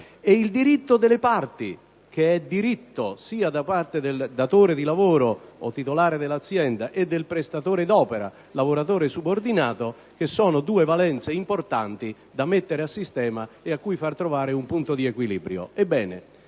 del diritto delle parti, cioè sia del datore di lavoro o titolare dell'azienda che del prestatore d'opera, lavoratore subordinato; si tratta di due valenze importanti da mettere a sistema e a cui far trovare un punto di equilibrio.